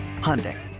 Hyundai